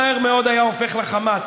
מהר מאוד היה הופך לחמאס,